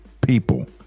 people